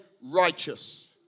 righteous